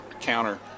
counter